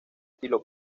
estilo